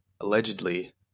allegedly